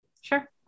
Sure